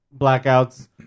blackouts